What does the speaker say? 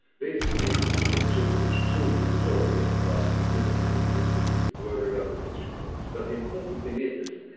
basically, pictures which told a story about significant individuals were regarded as history paintings, but the important thing is,